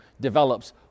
develops